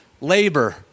labor